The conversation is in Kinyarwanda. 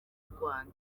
rwanda